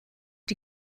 die